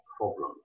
problems